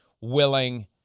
willing